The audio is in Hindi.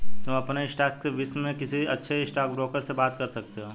तुम अपने स्टॉक्स के विष्य में किसी अच्छे स्टॉकब्रोकर से बात कर सकते हो